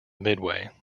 midway